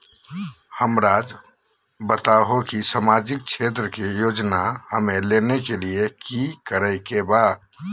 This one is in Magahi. हमराज़ बताओ कि सामाजिक क्षेत्र की योजनाएं हमें लेने के लिए कि कि करे के बा?